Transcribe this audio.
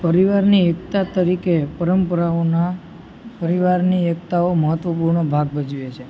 પરિવારની એકતા તરીકે પરંપરાઓના પરિવારની એકતાઓ મહત્વપૂર્ણ ભાગ ભજવે છે